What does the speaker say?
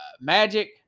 Magic